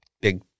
big